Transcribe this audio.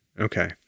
Okay